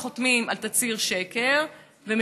או שחותמים על תצהיר שקר ומשקרים,